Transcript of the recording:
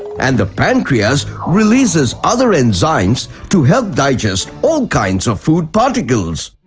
and the pancreas releases other enzymes to help digest all kinds of food particles.